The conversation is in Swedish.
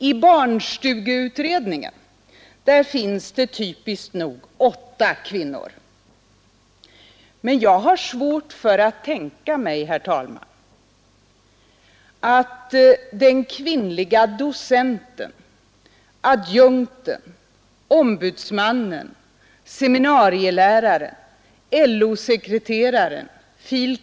I barnstugeutredningen finns det typiskt nog åtta kvinnor, men jag har svårt för att tänka mig, herr talman, att den kvinnliga docenten, Nr 136 adjunkten, ombudsmannen, seminarieläraren, LO-sekreteraren, fil.